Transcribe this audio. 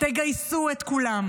תגייסו את כולם,